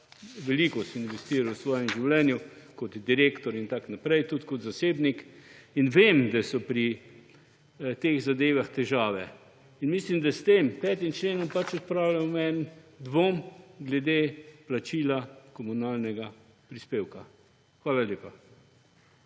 Veliko sem investiral v svojem življenju kot direktor in tako naprej, tudi kot zasebnik, in vem, da so pri teh zadevah težave. Mislim, da s tem 5. členom odpravljamo en dvom glede plačila komunalnega prispevka. Hvala lepa.